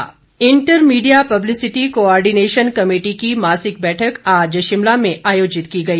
बैठक inter media publicity coordination committee की मासिक बैठक आज शिमला में आयोजित की गई